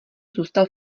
zůstal